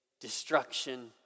destruction